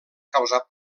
causar